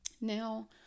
Now